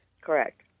Correct